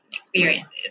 experiences